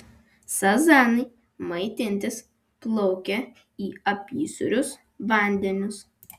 sazanai maitintis plaukia į apysūrius vandenis